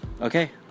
Okay